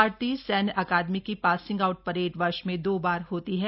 भारतीय सैन्य अकादमी की पासिंग आउट परेड वर्ष में दो बार होती है